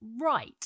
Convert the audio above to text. right